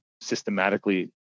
systematically